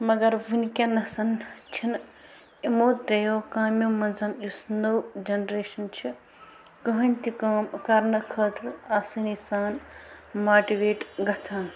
مگر ونکٮ۪نس چھِنہٕ یِمو ترٛیو کامیو منٛز یُس نٔو جنریشن چھِ کٕہٕنۍ تہِ کٲم کَرنہٕ خٲطرٕ آسٲنۍ سان ماٹِویٹ گَژھان